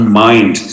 mind